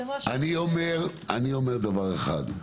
אני אומר דבר אחד: